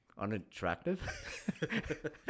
unattractive